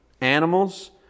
animals